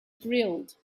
grilled